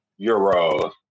Euros